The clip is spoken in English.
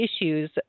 issues